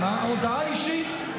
הודעה אישית, מה לעשות?